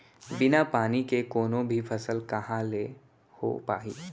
बिना पानी के कोनो भी फसल कहॉं ले हो पाही?